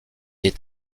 est